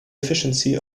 efficiency